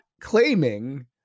claiming